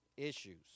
Issues